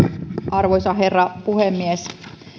arvoisa herra puhemies